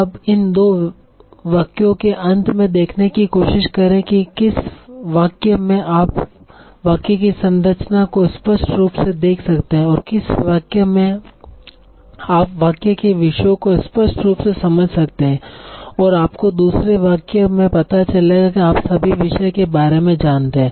अब इन 2 वाक्यों के अंत में देखने की कोशिश करें कि किस वाक्य में आप वाक्य की संरचना को स्पष्ट रूप से देख सकते हैं और किस वाक्य में आप वाक्य के विषयों को स्पष्ट रूप से समझ सकते हैं और आपको दूसरे वाक्य में पता चलेगा कि आप सभी विषय के बारे में जानते हैं